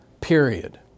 period